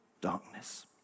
darkness